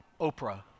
Oprah